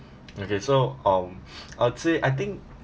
okay so um I'd say I think